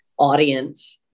audience